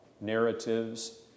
narratives